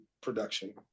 production